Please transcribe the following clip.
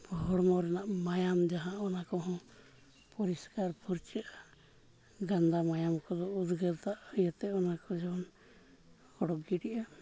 ᱦᱚᱲᱢᱚ ᱨᱮᱱᱟᱜ ᱢᱟᱭᱟᱢ ᱡᱟᱦᱟᱸ ᱚᱱᱟ ᱠᱚᱦᱚᱸ ᱯᱚᱨᱤᱥᱠᱟᱨ ᱯᱷᱟᱹᱨᱪᱟᱹᱜᱼᱟ ᱜᱟᱱᱫᱟ ᱢᱟᱭᱟᱢ ᱠᱚᱫᱚ ᱩᱫᱽᱜᱟᱹᱨ ᱫᱟᱜ ᱤᱭᱟᱹᱛᱮ ᱚᱱᱟ ᱠᱚ ᱡᱮᱢᱚᱱ ᱚᱰᱳᱠ ᱜᱤᱰᱤᱜᱼᱟ